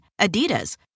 Adidas